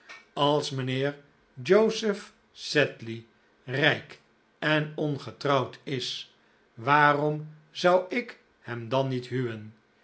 als mijnheer joseph sedley rijk en ongetrouwd is waarom zou ik hem dan niet huwen